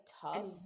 tough